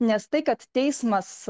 nes tai kad teismas